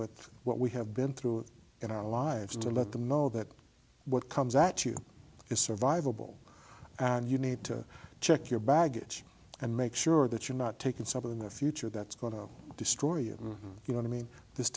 with what we have been through in our lives to let them know that what comes at you is survivable and you need to check your baggage and make sure that you're not taking something in the future that's going to destroy you you know i mean this